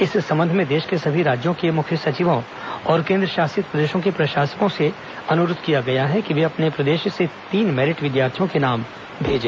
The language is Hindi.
इस संबंध में देश के सभी राज्यों के मुख्य सचिवों और केंद्रशासित प्रदेशों के प्रशासकों से अनुरोध किया गया है कि वे अपने प्रदेश से तीन मैरिट विद्यार्थियों के नाम भेजें